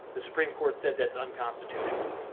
the supreme court said that's unconstitutional.